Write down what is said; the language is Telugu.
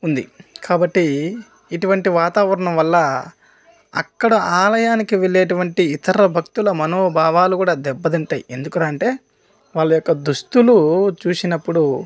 ఉంది కాబట్టి ఇటువంటి వాతావరణం వల్ల అక్కడ ఆలయానికి వెళ్ళేటటువంటి ఇతర భక్తుల మనోభావాలు కూడా దెబ్బతింటాయి ఎందుకురా అంటే వాళ్ళ యొక్క దుస్తులు చూసినప్పుడు